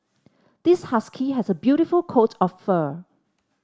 this husky has a beautiful coat of fur